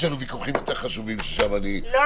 בבקשה.